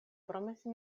promesi